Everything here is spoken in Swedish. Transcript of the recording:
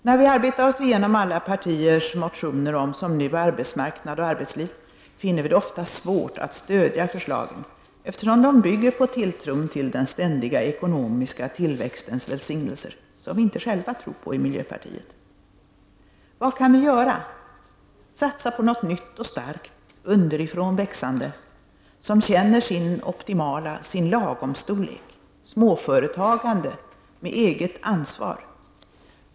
När vi arbetar oss igenom alla partiers motioner om — som nu — arbetsmarknad och arbetsliv finner vi det ofta svårt att stödja förslagen, eftersom de bygger på tilltron till den ständiga ekonomiska tillväxtens välsignelser, som vi inte själva tror på i miljöpartiet. Vad kan vi göra? Satsa på något nytt och starkt, underifrån växande, som känner sin optimala storlek, sin lagom-storlek, småföretagande med eget ansvar.